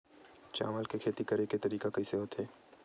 चावल के खेती करेके तरीका कइसे होथे?